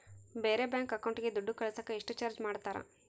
ಬೇರೆ ಬ್ಯಾಂಕ್ ಅಕೌಂಟಿಗೆ ದುಡ್ಡು ಕಳಸಾಕ ಎಷ್ಟು ಚಾರ್ಜ್ ಮಾಡತಾರ?